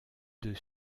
d’eux